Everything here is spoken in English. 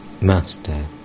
Master